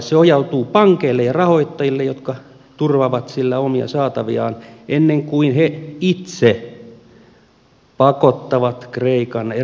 se ohjautuu pankeille ja rahoittajille jotka turvaavat sillä omia saataviaan ennen kuin he itse pakottavat kreikan eroamaan eurosta